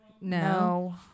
No